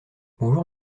bonjour